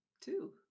Two